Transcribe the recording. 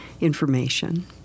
information